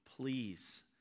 please